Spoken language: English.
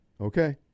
okay